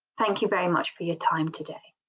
thank you very much for your time today.